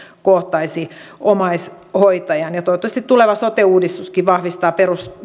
kohtaisi omaishoitajan toivottavasti tuleva sote uudistuskin vahvistaa